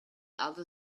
other